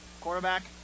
quarterback